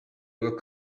were